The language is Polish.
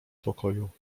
pokoju